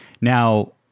Now